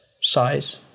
size